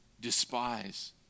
despise